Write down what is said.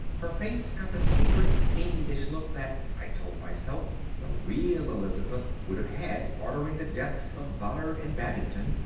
her face got the secret fiendish look that, i told myself, the real elizabeth would have had ordering the deaths of ballard and babington,